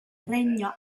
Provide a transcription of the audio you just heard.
regno